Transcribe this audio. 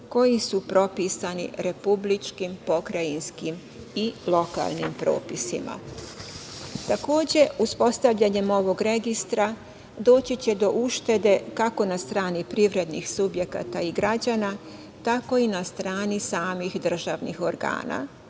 koji su propisani republičkim, pokrajinskim i lokalnim propisima. Takođe, uspostavljanjem ovog registra doći će do uštede, kako na strani privrednih subjekata i građana, tako i na strani samih državnih organa,